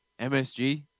MSG